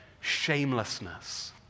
shamelessness